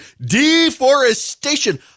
deforestation